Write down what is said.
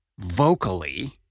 vocally